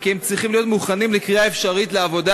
כי הם צריכים להיות מוכנים לקריאה אפשרית לעבודה.